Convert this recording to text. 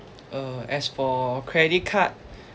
uh as for credit card